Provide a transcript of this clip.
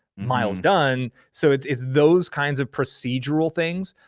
miles, done. so it's it's those kinds of procedural things.